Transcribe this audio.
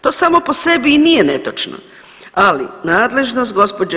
To samo po sebi i nije netočno, ali nadležnost gđo.